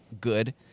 good